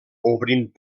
obrint